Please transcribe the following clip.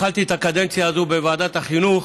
התחלתי את הקדנציה הזאת בוועדת החינוך